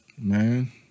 man